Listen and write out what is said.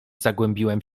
zagłębiłem